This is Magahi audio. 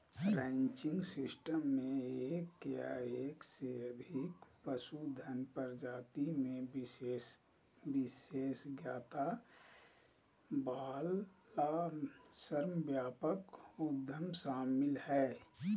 रैंचिंग सिस्टम मे एक या एक से अधिक पशुधन प्रजाति मे विशेषज्ञता वला श्रमव्यापक उद्यम शामिल हय